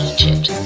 Egypt